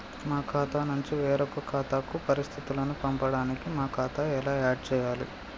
మా ఖాతా నుంచి వేరొక ఖాతాకు పరిస్థితులను పంపడానికి మా ఖాతా ఎలా ఆడ్ చేయాలి?